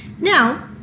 Now